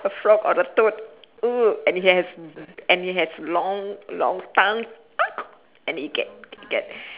a frog or a toad !eww! and it has and it has long long tongue and it get it get